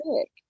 Sick